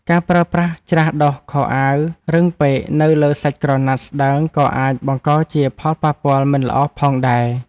ការប្រើប្រាស់ច្រាសដុសខោអាវរឹងពេកនៅលើសាច់ក្រណាត់ស្តើងក៏អាចបង្កជាផលប៉ះពាល់មិនល្អផងដែរ។